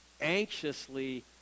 anxiously